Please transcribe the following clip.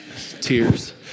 Tears